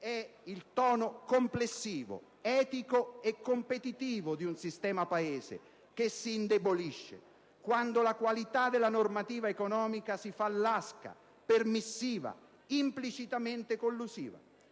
È il tono complessivo, etico e competitivo, di un sistema Paese che si indebolisce quando la qualità della normativa economica si fa lasca, permissiva, implicitamente collusiva